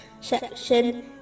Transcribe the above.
section